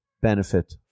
benefit